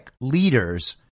leaders